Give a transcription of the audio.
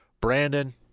brandon